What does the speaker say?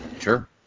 Sure